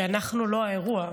כי אנחנו לא האירוע.